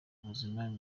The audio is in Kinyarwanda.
ubuzima